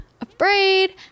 afraid